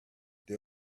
they